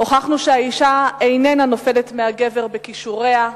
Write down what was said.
הוכחנו שהאשה איננה נופלת מהגבר בכישוריה,